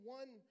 one